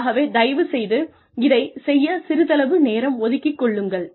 ஆகவே தயவுசெய்து இதை செய்யச் சிறிதளவு நேரம் ஒதுக்கிக் கொள்ளுங்கள்